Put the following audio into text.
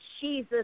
Jesus